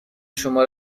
شما